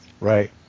Right